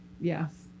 yes